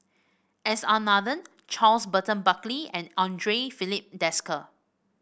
S R Nathan Charles Burton Buckley and Andre Filipe Desker